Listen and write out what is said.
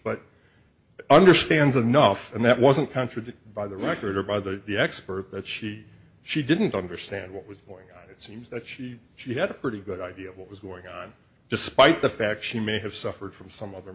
but understands enough and that wasn't contradicted by the record or by the the expert that she she didn't understand what was going it seems that she she had a pretty good idea of what was going on despite the fact she may have suffered from some other